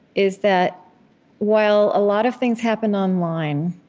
is that while a lot of things happen online,